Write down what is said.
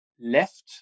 left